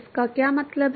इसका क्या मतलब है